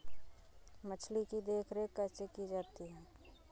मछली की देखरेख कैसे की जाती है?